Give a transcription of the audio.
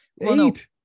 Eight